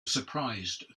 surprised